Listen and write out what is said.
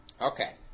Okay